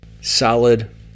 Solid